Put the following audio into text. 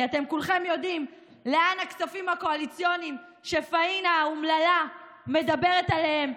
כי כולכם יודעים לאן הכספים הקואליציוניים שפאינה האומללה מדברת עליהם,